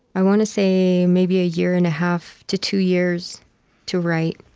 i want to say maybe a year and a half to two years to write.